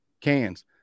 cans